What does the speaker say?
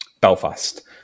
Belfast